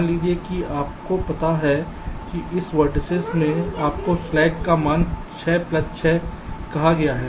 मान लीजिए कि आपको पता है कि इस वेर्तिसेस में आपके स्लैक का मान 6 प्लस 6 कहा गया था